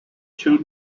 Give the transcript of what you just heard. two